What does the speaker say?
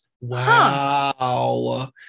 Wow